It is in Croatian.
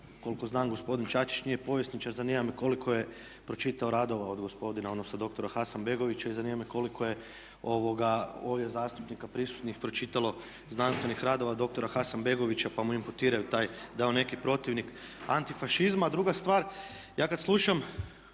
koliko znam gospodin Čačić nije povjesničar, zanima koliko je pročitao radova od gospodina, odnosno doktora Hasanbegovića i zanima me koliko je ovdje zastupnika prisutnih pročitalo znanstvenih radova doktora Hasanbegovića pa mu imputiraju taj da je on neki protivnik antifašizma? Druga stvar, ja kad slušam